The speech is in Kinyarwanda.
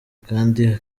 kandi